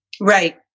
right